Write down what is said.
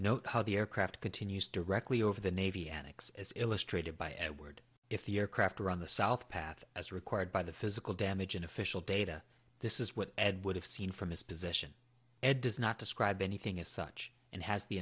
know how the aircraft continues directly over the navy antics as illustrated by edward if the aircraft are on the south path as required by the physical damage an official data this is what ed would have seen from his position ed does not describe anything as such and has the